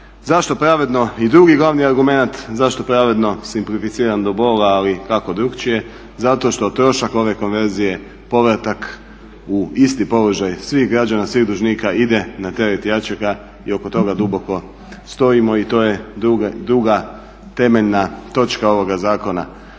imamo sada. I drugi glavni argument, zašto pravedno? Simplificiram do bola ali kako drukčije? Zato što trošak ove konverzije, povratak u isti položaj svih građana svih dužnika ide na teret jačega i oko toga duboko stojimo i to je druga temeljna točka ovoga zakona.